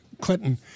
Clinton